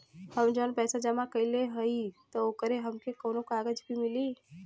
हम जवन पैसा जमा कइले हई त ओकर हमके कौनो कागज भी मिली?